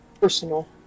personal